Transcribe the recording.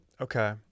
Okay